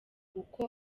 uko